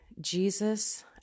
Jesus